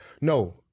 no